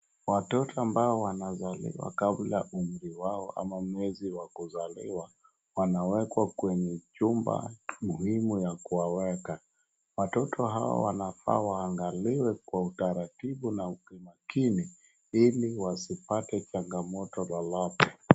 Watoto ambao wanazaliwa kabla mwezi wao ama mwezi wa kuzaliwa wanawekwa kwenye chumba muhimu ya kuwaweka. Watoto hawa wanafaa waangaliwe kwa utaratibu na umakini ili wasipate changamoto lolote.